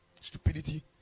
Stupidity